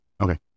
Okay